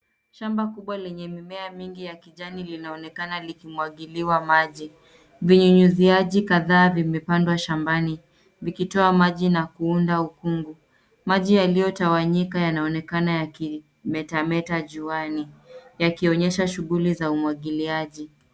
Shamba kubwa lenye mimea mingi ya kijani linaonekana likimwagiliwa maji. Vinyunyuziaji kadhaa vimepandwa shambani vikitoa maji na kuunda ukungu. Maji yaliyotawanyika yanaonekana yakimetameta juani yakionyesha shughuli za umwagiliaji.